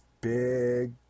big